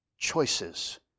Choices